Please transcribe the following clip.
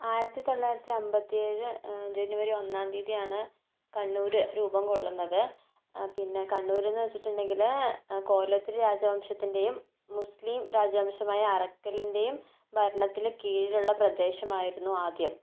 ആയിരത്തി തൊള്ളായിരത്തി അൻപത്തി ഏഴ് ജനുവരി ഒന്നാം തീയതിയാണ് കണ്ണൂർ രൂപം കൊള്ളുന്നത് പിന്നെ കണ്ണൂരെന്ന് വച്ചിട്ടുണ്ടെങ്കിൽ കോലോത്തിരി രാജവംശത്തിൻ്റെയും മുസ്ലിം രാജവംശമായ അറക്കലിൻ്റെയും ഭരണത്തിന് കീഴിലുള്ള പ്രദേശമായിരുന്നു ആദ്യം